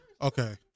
Okay